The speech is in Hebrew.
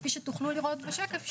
כפי שתוכלו לראות בשקף,